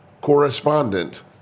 correspondent